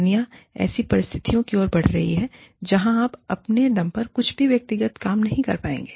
दुनिया ऐसी परिस्थितियों की ओर बढ़ रही है जहां आप अपने दम पर कुछ भी व्यक्तिगत काम नहीं कर पाएंगे